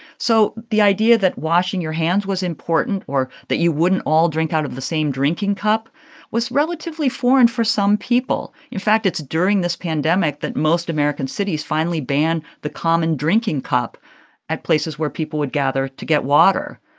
so the idea that washing your hands was important or that you wouldn't all drink out of the same drinking cup was relatively foreign for some people. in fact, it's during this pandemic that most american cities finally banned the common drinking cup at places where people would gather to get water.